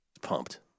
Pumped